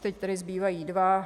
Teď tedy zbývají dva.